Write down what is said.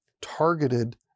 targeted